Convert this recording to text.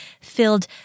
filled